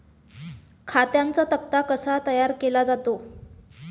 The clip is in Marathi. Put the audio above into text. खात्यांचा तक्ता कसा तयार केला जातो?